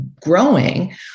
growing